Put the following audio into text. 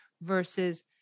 versus